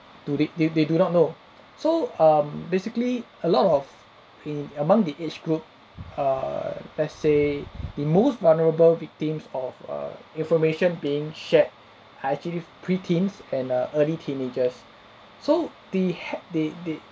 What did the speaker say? do they they they do not know so um basically a lot of in among the age group err let's say the most vulnerable victims of err information being shared are actually pre-teens and err early teenagers so the had they they